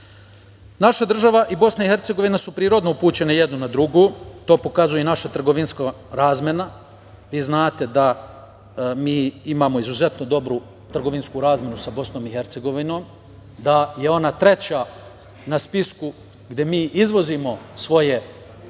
država i Bosna i Hercegovina su prirodno upućene jedna na drugu, to pokazuje i naša trgovinska razmena. Znate da mi imamo izuzetno dobru trgovinsku razmenu sa Bosnom i Hercegovinom, da je ona treća na spisku gde mi izvozimo svoje trgovinske